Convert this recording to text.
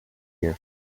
you